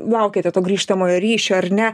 laukiate to grįžtamojo ryšio ar ne